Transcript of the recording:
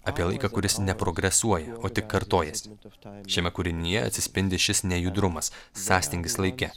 apie laiką kuris neprogresuoja o tik kartojasi šiame kūrinyje atsispindi šis nejudrumas sąstingis laike